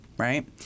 Right